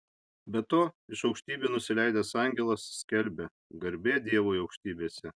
be to iš aukštybių nusileidęs angelas skelbia garbė dievui aukštybėse